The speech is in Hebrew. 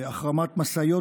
והחרמת משאיות